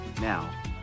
Now